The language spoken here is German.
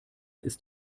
ist